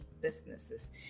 businesses